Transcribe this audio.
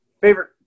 favorite